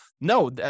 no